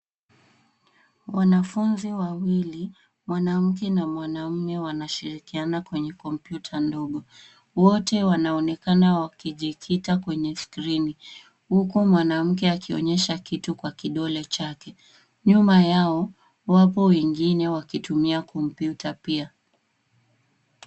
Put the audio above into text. Wanafunzi wawili, mwanamke na mwanaume wanashirikiana kwenye kompyuta ndogo. Wote wanaonekana wakijikita kwenye skrini huku mwanamke akionyesha kitu kwa kidole chake. Nyuma yao, wapo wengine wakitumia kompyuta pia.